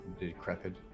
decrepit